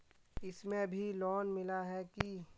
इसमें भी लोन मिला है की